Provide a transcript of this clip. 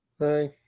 Hi